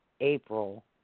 April